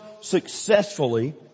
successfully